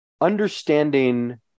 understanding